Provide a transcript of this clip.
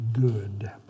good